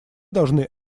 должны